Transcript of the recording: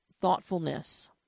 thoughtfulness